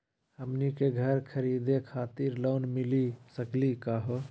हमनी के घर खरीदै खातिर लोन मिली सकली का हो?